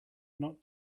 not